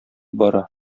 бара